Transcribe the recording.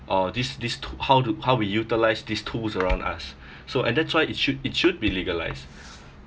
uh this this too~ how do how we utilise these tools around us so and that's why it should it should be legalised